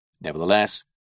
Nevertheless